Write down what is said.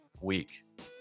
week